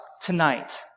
tonight